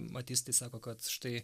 matys tai sako kad štai